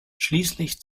schließlich